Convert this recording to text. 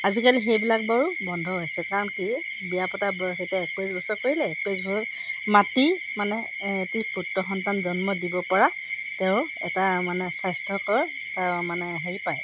আজিকালি সেইবিলাক বাৰু বন্ধ হৈছে কাৰণ কি বিয়া পতাৰ বয়স এতিয়া একৈছ বছৰ কৰিলে একৈছ বছৰ মাতৃ মানে এটি পুত্ৰ সন্তান জন্ম দিব পৰা তেওঁ এটা মানে স্বাস্থ্যকৰ এটা মানে হেৰি পায়